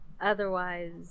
otherwise